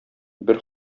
бер